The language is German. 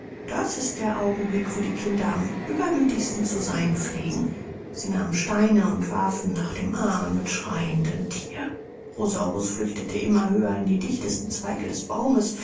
das ist der augenblick wo die kinder am übermüthigsten zu sein pflegen sie nahmen steine und warfen nach dem armen schreienden thier rosaurus flüchtete immer höher in die dichtesten zweige des baumes